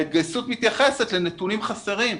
ההתגייסות מתייחסת לנתונים חסרים.